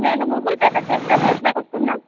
నేను గూగుల్ పేతో చేస్తే క్యాష్ బ్యాక్ వస్తుందా